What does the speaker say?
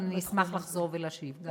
אבל אני אשמח לחזור ולהשיב.